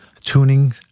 Tuning